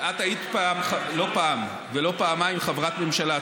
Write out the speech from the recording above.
היית לא פעם ולא פעמיים חברת ממשלה,